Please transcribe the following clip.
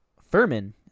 Furman